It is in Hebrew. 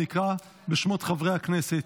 אקרא בשמות חברי הכנסת.